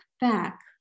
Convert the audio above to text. back